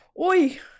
Oi